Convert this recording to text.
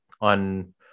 on